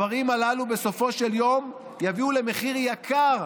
בסופו של יום הדברים הללו יביאו למחיר יקר,